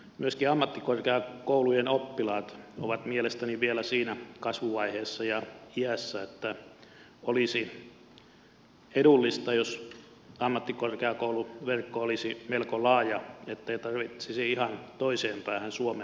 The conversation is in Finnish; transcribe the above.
myöskin ammattikorkeakoulujen oppilaat ovat mielestäni vielä siinä kasvuvaiheessa ja iässä että olisi edullista jos ammattikorkeakouluverkko olisi melko laaja ettei tarvitsisi ihan toiseen päähän suomea matkustaa